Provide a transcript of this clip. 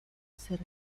hacer